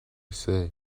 say